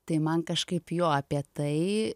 tai man kažkaip jo apie tai